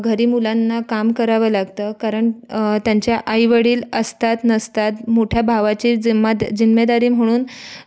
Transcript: घरी मुलांना काम करावं लागतं कारण त्यांचे आई वडील असतात नसतात मोठ्या भावाची जिम्मा जिम्मेदारी म्हणून